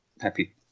happy